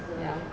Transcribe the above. ya